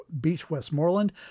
Beach-Westmoreland